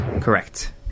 correct